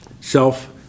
self